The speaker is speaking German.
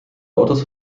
autos